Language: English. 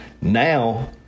now